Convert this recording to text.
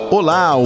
Olá